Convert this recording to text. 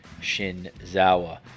Shinzawa